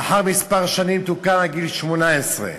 לאחר כמה שנים תוקנה, עד גיל 18,